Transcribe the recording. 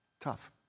tough